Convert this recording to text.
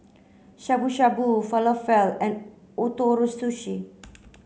Shabu Shabu Falafel and Ootoro Sushi